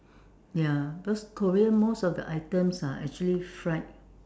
ya because Korean most of the item are actually fried